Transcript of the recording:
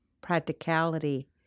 practicality